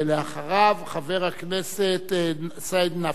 ואחריו, חבר הכנסת סעיד נפאע.